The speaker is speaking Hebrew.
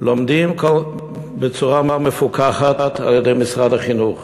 לומדים בצורה מפוקחת על-ידי משרד החינוך